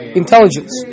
intelligence